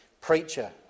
preacher